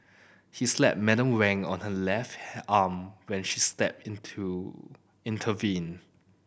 he slapped Madam Wang on her left arm when she stepped in to intervene